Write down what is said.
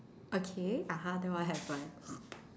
okay (uh huh) then what happened